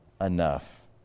enough